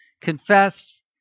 confess